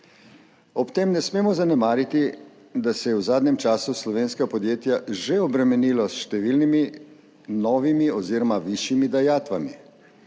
Ob tem ne smemo zanemariti, da se je v zadnjem času slovenska podjetja že obremenilo s številnimi novimi oziroma višjimi dajatvami.